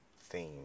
theme